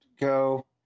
go